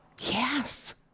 Yes